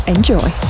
Enjoy